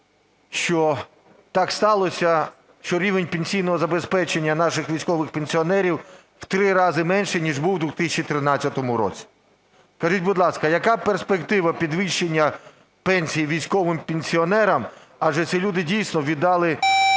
що так сталося, що рівень пенсійного забезпечення наших військових пенсіонерів в три рази менший, ніж був у 2013 році. Скажіть, будь ласка, яка перспектива підвищення пенсій військовим пенсіонерам? Адже ці люди дійсно віддали